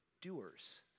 doers